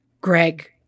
Greg